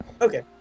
Okay